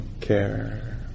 care